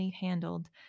handled